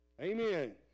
amen